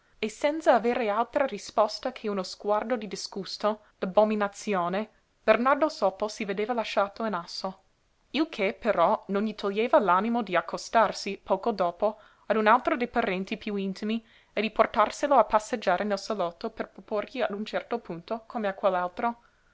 e senza avere altra risposta che uno sguardo di disgusto d'abominazione bernardo sopo si vedeva lasciato in asso il che però non gli toglieva l'animo d'accostarsi poco dopo a un altro dei parenti piú intimi e di portarselo a passeggiare nel salotto per proporgli a un certo punto come